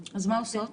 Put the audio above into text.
אז מה עושות?